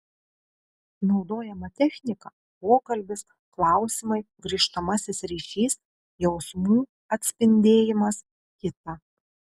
naudojama technika pokalbis klausimai grįžtamasis ryšys jausmų atspindėjimas kita